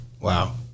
Wow